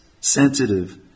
sensitive